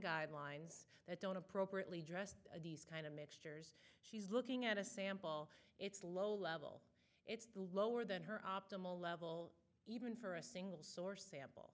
guidelines that don't appropriately dressed these kind of mixture she's looking at a sample it's low level it's the lower than her optimal level even for a single source sample